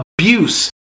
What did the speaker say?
abuse